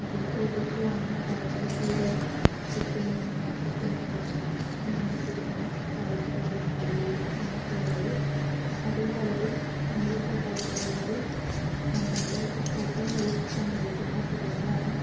അതില് ചിലതൊക്കെയാണ് viral fever chikungunya chickenpox മഞ്ഞപ്പിത്തം ടൈഫോയിഡ് മലേറിയ എന്നൊക്കെയുള്ളത് അതില് പലതും നമ്മുടെ ശ്രദ്ധക്കുറവ് കൊണ്ടും നമ്മളുടെ അശ്രദ്ധ മൂലം സംഭവിക്കുന്ന അസുഖങ്ങളാണ്